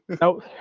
no